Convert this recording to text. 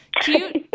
cute